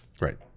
right